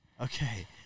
Okay